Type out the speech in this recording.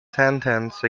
sentence